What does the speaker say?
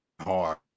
hard